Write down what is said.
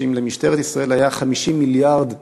שאם למשטרת ישראל היו 50 מיליארד שקלים,